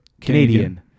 Canadian